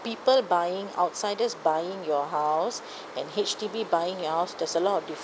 people buying outsiders buying your house and H_D_B buying your house there's a lot of